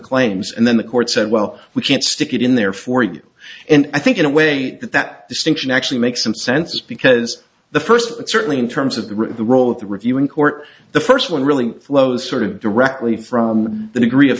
claims and then the court said well we can't stick it in there for you and i think in a way that that distinction actually makes some sense because the first certainly in terms of the role of the review in court the first one really flows sort of directly from the degree of